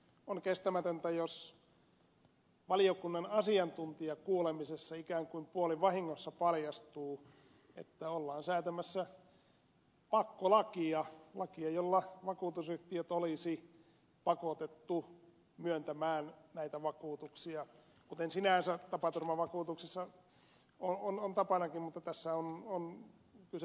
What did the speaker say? on kestämätöntä jos valiokunnan asiantuntijakuulemisessa ikään kuin puolivahingossa paljastuu että ollaan säätämässä pakkolakia lakia jolla vakuutusyhtiöt olisi pakotettu myöntämään näitä vakuutuksia kuten sinänsä tapaturmavakuutuksia on tapanakin myöntää mutta tässä on kyse poikkeustapauksesta